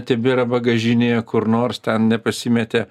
tebėra bagažinėje kur nors ten nepasimetė